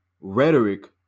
rhetoric